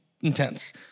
intense